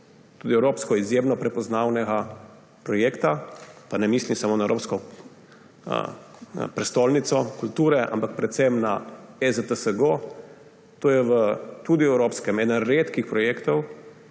tudi evropsko izjemno prepoznavnega projekta, pa ne mislim samo na Evropsko prestolnico kulture, ampak predvsem na EZTS GO. To je tudi v evropskem prostoru eden redkih projektov,